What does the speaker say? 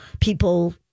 people